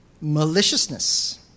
maliciousness